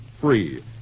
free